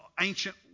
ancient